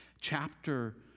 chapter